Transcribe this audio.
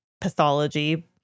pathology